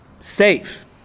safe